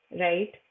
Right